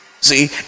See